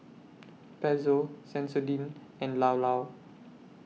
Pezzo Sensodyne and Llao Llao